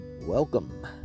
welcome